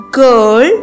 girl